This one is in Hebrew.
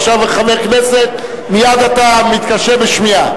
עכשיו, כחבר הכנסת, מייד אתה מתקשה בשמיעה.